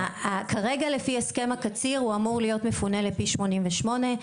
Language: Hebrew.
כרגע לפי הסכם הקציר הוא אמור להיות מפונה ל- פי 88,